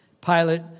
Pilate